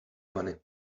money